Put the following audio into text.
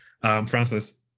Francis